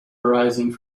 arising